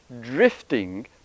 drifting